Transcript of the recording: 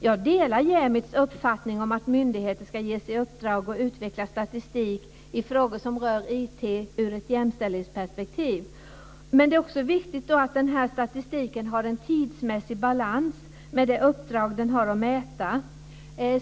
Jag delar Jämits uppfattning att myndigheter ska ges i uppdrag att utveckla statistik i frågor som rör IT ur ett jämställdhetsperspektiv. Det är också viktigt att statistiken har en tidsmässig balans med det uppdrag den har att mäta.